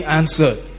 answered